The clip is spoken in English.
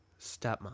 Stepmom